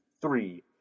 three